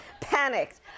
Panicked